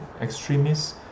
extremists